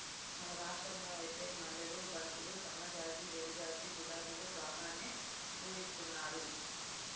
మన రాష్టంలో ఐతే మల్లెలు, బంతులు, సన్నజాజి, విరజాజి, గులాబీలు బాగానే పూయిత్తున్నారు